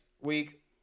week